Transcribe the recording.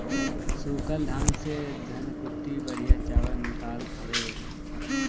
सूखल धान से धनकुट्टी बढ़िया चावल निकालत हवे